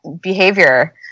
behavior